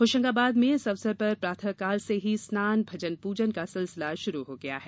होशंगाबाद में इस अवसर पर प्रातःकाल से ही स्नान भजन पूजन का सिलसिला शुरू हो गया है